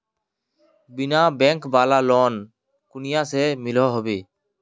बिना बैंक वाला लोन कुनियाँ से मिलोहो होबे?